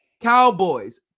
Cowboys